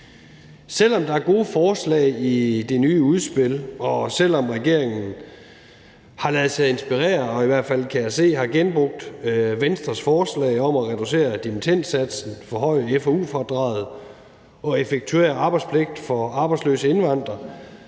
Selv om der er gode forslag i det nye udspil, og selv om regeringen har ladet sig inspirere og i hvert fald, kan jeg se, har genbrugt Venstres forslag om at reducere dimittendsatsen, forhøje fradraget for forsknings- og udviklingsudgifter og om at effektuere arbejdspligt for arbejdsløse indvandrere,